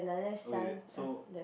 oh wait wait wait so